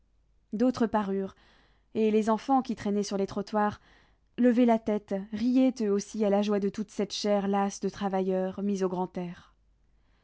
d'autres parurent et les enfants qui traînaient sur les trottoirs levaient la tête riaient eux aussi à la joie de toute cette chair lasse de travailleurs mise au grand air